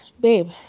babe